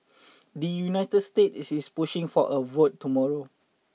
the United States is is pushing for a vote tomorrow